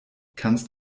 kannst